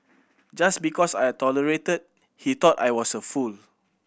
just because I tolerated he thought I was a fool